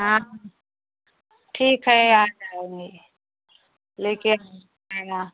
हाँ ठीक है आ जाऊँगी लेकर आना